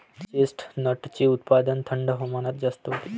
चेस्टनटचे उत्पादन थंड हवामानात जास्त होते